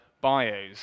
bios